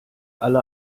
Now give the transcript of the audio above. alle